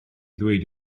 ddweud